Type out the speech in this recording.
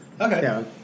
Okay